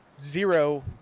zero